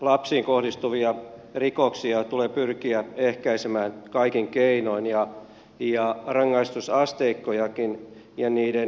lapsiin kohdistuvia rikoksia tulee pyrkiä ehkäisemään kaikin keinoin ja rangaistusasteikkojakin ja niiden tiukentamista tulee tutkia